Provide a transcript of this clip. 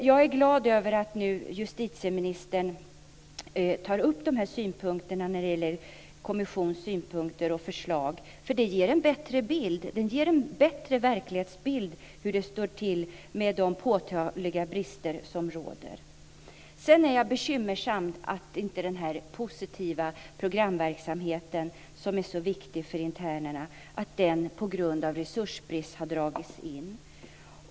Jag är glad över att justitieministern nu tar upp kommissionens synpunkter och förslag, eftersom de ger en bättre bild av hur det står till med de påtagliga brister som råder. Sedan är det bekymmersamt att den positiva programverksamheten, som är så viktig för internerna, på grund av resursbrist har dragits in.